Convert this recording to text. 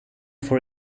for